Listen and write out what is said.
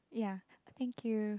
ya thank you